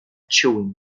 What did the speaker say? chewing